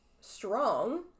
strong